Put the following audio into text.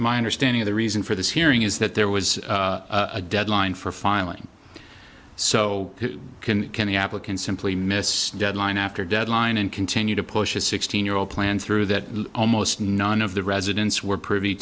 minor stanny of the reason for this hearing is that there was a deadline for filing so can the applicant simply missed deadline after deadline and continue to push a sixteen year old plan through that almost none of the residents were privy